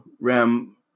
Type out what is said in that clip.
Ram